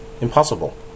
Impossible